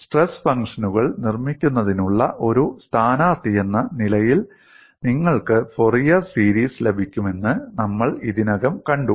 stress ഫംഗ്ഷനുകൾ നിർമ്മിക്കുന്നതിനുള്ള ഒരു സ്ഥാനാർത്ഥിയെന്ന നിലയിൽ നിങ്ങൾക്ക് ഫ്യൂറിയർ സീരീസ് ലഭിക്കുമെന്ന് നമ്മൾ ഇതിനകം കണ്ടു